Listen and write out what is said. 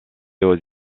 aux